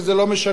וזה לא משנה,